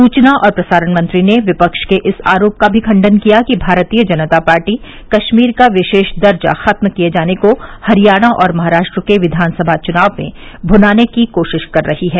सुचना और प्रसारण मंत्री ने विपक्ष के इस आरोप का भी खंडन किया कि भारतीय जनता पार्टी कश्मीर का विशेष दर्जा खत्म किये जाने को हरियाणा और महाराष्ट्र के विधानसभा चुनाव में भुनाने की कोशिश कर रही है